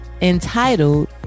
entitled